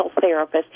therapist